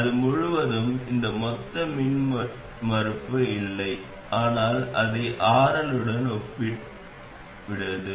அது முழுவதும் அந்த மொத்த மின்மறுப்பு இல்லை ஆனால் அதை RL உடன் ஒப்பிட்டது